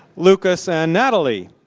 lucas and natalie.